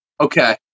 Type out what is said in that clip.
Okay